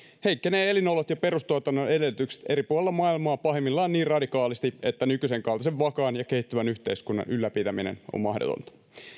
heikkenevät elinolot ja perustuotannon edellytykset eri puolilla maailmaa pahimmillaan niin radikaalisti että nykyisen kaltaisen vakaan ja kehittyvän yhteiskunnan ylläpitäminen on mahdotonta